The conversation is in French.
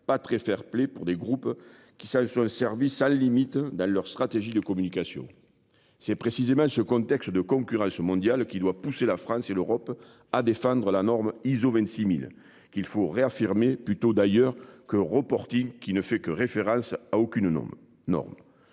pas très fair-play pour des groupes qui s'sur le service à la limite dans leur stratégie de communication. C'est précisément ce contexte de concurrence mondiale qui doit pousser la France et l'Europe à défendre la norme ISO 26.000 qu'il faut réaffirmer plutôt d'ailleurs que reporting qui ne fait que référence à aucune non